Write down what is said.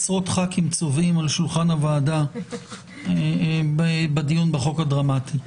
עשרות ח"כים צובאים על שולחן הוועדה בדיון בחוק הדרמטי.